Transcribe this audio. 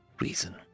reason